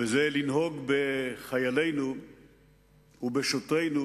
וזה לנהוג בחיילינו ובשוטרינו